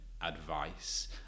advice